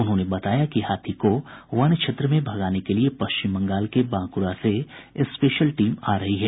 उन्होंने बताया कि हाथी को वन क्षेत्र में भगाने के लिये पश्चिम बंगाल के बांकुरा से स्पेशल टीम आ रही है